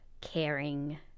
caring